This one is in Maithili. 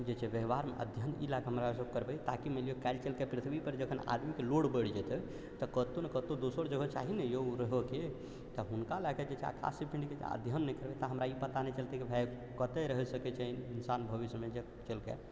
जे छै ब्यबहार मे अध्ययन ई लएकऽ हमरा सभ करबै ताकि मानि लिअ काल्हि चलि कऽ पृथ्वी पर जखन आदमीके लोड बढ़ि जेतै तऽ कतौ नहि कतौ दोसर जगह चाही ने यौ रहऽ के तऽ हुनका लएकऽ जे छै आकाशीय पिण्ड के अध्ययन नहि करबै तऽ हमरा ई पता नहि चलतै कि भाइ कतऽ रहि सकै छै इन्सान भविष्य मे जे केलकै